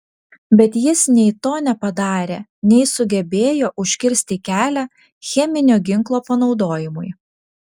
bet jis nei to nepadarė nei sugebėjo užkirsti kelią cheminio ginklo panaudojimui